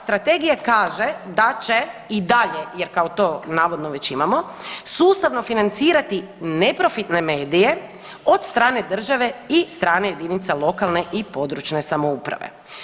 Strategija kaže da će i dalje jer kao to navodno već imamo, sustavno financirati neprofitne medije od strane države i strane jedinica lokalne i područne samouprave.